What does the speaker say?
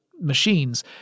machines